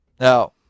Now